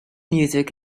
music